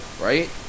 right